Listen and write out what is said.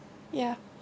ya